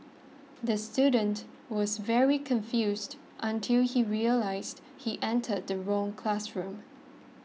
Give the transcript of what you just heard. the student was very confused until he realised he entered the wrong classroom